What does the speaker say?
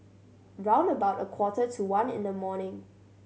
round about a quarter to one in the morning